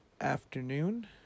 afternoon